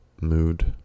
mood